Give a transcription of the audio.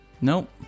nope